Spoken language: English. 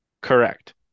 Correct